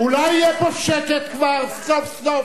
אולי יהיה פה שקט כבר סוף-סוף?